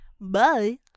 Bye